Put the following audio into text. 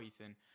Ethan